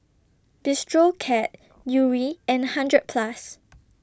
Bistro Cat Yuri and hundred Plus